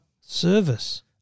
service